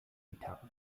gitarre